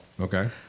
Okay